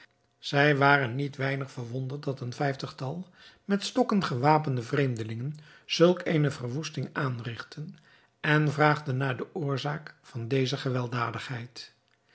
zij waren niet weinig verwonderd dat een vijftigtal met stokken gewapende vreemdelingen zulk eene verwoesting aanrigtten en vraagden naar de oorzaak van deze gewelddadigheid